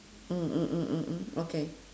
mm mm mm mm mm okay